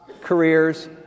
careers